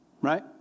right